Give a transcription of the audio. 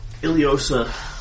Iliosa